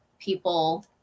people